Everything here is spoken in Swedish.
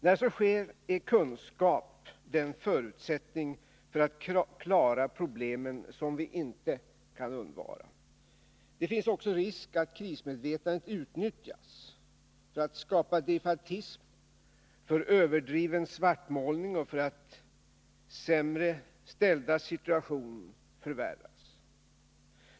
När så sker är kunskap den förutsättning för att klara problemen som vi inte kan undvara. Men det finns också risk för att krismedvetandet utnyttjas för att skapa defaitism, för att ta till överdriven svartmålning och för att förvärra sämre ställdas situation.